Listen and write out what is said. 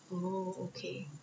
oh okay